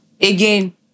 again